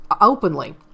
openly